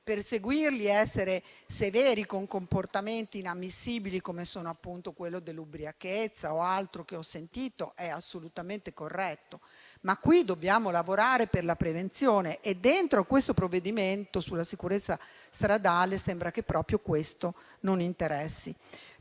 Perseguirli ed essere severi con comportamenti inammissibili, come l'ubriachezza o altro, è assolutamente corretto, ma qui dobbiamo lavorare per la prevenzione e dentro questo provvedimento sulla sicurezza stradale sembra che questo non interessi.